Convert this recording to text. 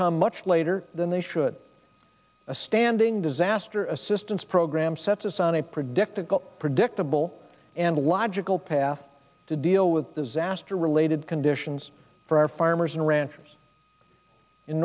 come much later than they should a standing disaster assistance program sets us on a predictable predictable and logical path to deal with disaster related conditions for our farmers and ran